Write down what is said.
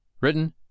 written